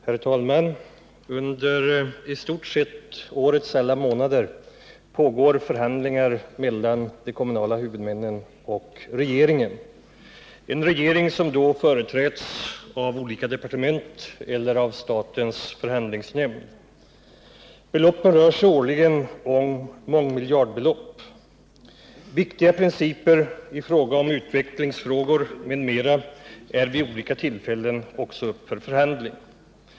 Herr talman! Under i stort sett årets alla månader pågår förhandlingar mellan de kommunala huvudmännen och regeringen, en regering som då företräds av olika departement eller av statens förhandlingsnämnd. Förhandlingarna rör sig årligen om mångmiljardbelopp. Också viktiga principer i fråga om utvecklingsfrågor m.m. är vid olika tillfällen upptagna till förhandling.